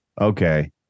okay